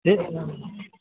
yes ma'am